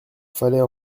fallait